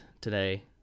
today